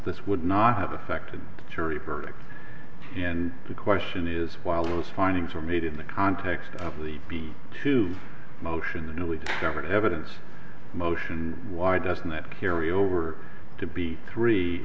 this would not have affected the jury verdict and the question is while those findings were made in the context of the b two motion the newly discovered evidence motion why doesn't that carry over to be three